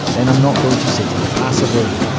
then i'm not going to sit here passively.